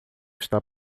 está